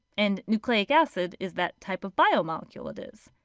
and nucleic acid is that type of biomolecule it is.